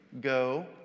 Go